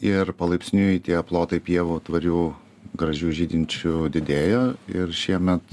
ir palaipsniui tie plotai pievų tvarių gražių žydinčių didėjo ir šiemet